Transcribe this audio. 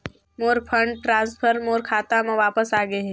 मोर fund transfer मोर खाता म वापस आ गे हे